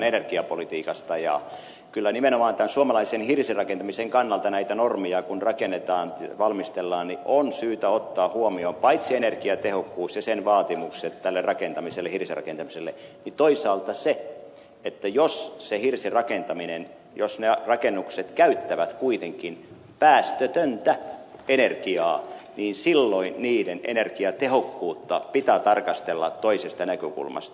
ja kyllä kun nimenomaan tämän suomalaisen hirsirakentamisen kannalta näitä normeja rakennetaan ja valmistellaan on syytä ottaa huomioon paitsi energiatehokkuus ja sen vaatimukset tälle rakentamiselle hirsirakentamiselle myös toisaalta se että jos ne hirsirakennukset käyttävät kuitenkin päästötöntä energiaa niin silloin niiden energiatehokkuutta pitää tarkastella toisesta näkökulmasta